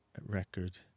record